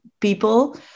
people